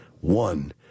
one